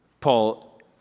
Paul